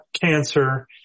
cancer